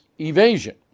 evasion